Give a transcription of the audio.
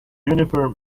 uniform